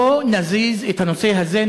בוא נזיז את הנושא הזה,